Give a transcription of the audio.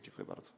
Dziękuję bardzo.